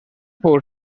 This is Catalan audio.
fou